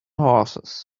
horses